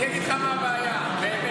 אני אגיד לך מה הבעיה באמת,